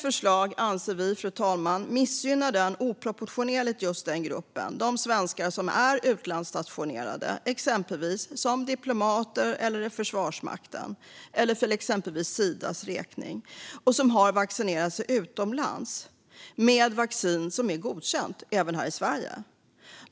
Vi anser att regeringens förslag missgynnar just denna grupp oproportionerligt, alltså de svenskar som är utlandsstationerade exempelvis som diplomater, för Försvarsmaktens eller för Sidas räkning och som har vaccinerat sig utomlands med vaccin som är godkänt även här i Sverige.